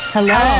Hello